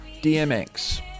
DMX